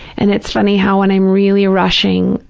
and it's funny how, when i'm really rushing,